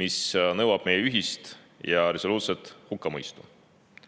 mis nõuab meie ühist ja resoluutset hukkamõistu.